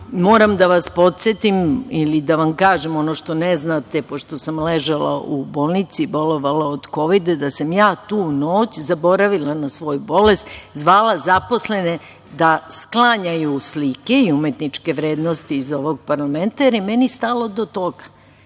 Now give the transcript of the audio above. da vas podsetim ili da vam kažem ono što ne znate, pošto sam ležala u bolnici i bolovala od Kovida, da sam ja tu noć zaboravila na svoju bolest i zvala zaposlene da sklanjaju slike i umetničke vrednosti iz ovog parlamenta, jer je meni stalo do toga.